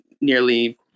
nearly